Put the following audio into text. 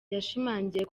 yashimangiye